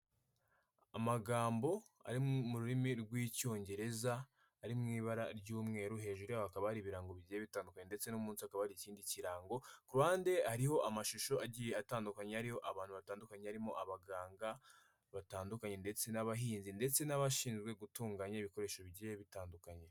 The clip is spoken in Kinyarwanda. Amagambo ari mu rurimi rw'icyongereza ari mu’ibara ry'umweru hejuru hakaba hari ibirango bigiye bitandukanye ndetse no munsi hakaba ikindi kirango ku ruhande hariho amashusho agiye atandukanye ariho abantu batandukanye arimo abaganga batandukanye ndetse n'abahinzi ndetse n'abashinzwe gutunganya ibikoresho bigiye bitandukanye.